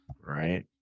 Right